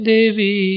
Devi